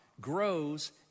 grows